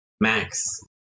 max